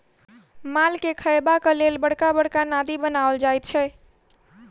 मालके खयबाक लेल बड़का बड़का नादि बनाओल जाइत छै